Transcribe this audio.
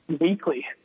weekly